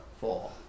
Four